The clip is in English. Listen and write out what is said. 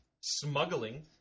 smuggling